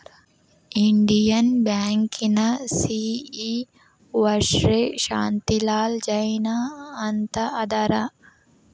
Indian ಬ್ಯಾಂಕಿನ CEO Shri Shanti Lal Jain ಅಂತ ಅದಾರ